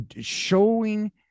showing